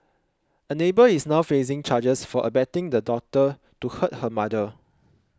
a neighbour is now facing charges for abetting the daughter to hurt her mother